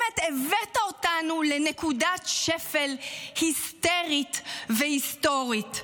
באמת, הבאת אותנו לנקודת שפל היסטרית והיסטורית,